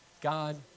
God